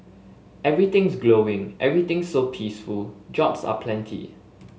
everything's glowing everything's so peaceful jobs are plenty